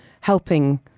helping